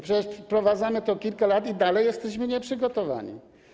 Przecież wprowadzamy to kilka lat i dalej jesteśmy nieprzygotowani.